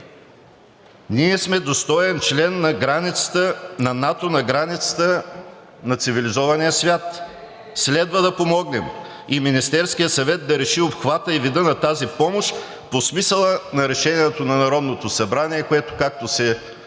Ние сме достоен член на НАТО на границата на цивилизования свят – следва да помогнем, и Министерският съвет да реши обхвата и вида на тази помощ по смисъла на решението на Народното събрание, което, както се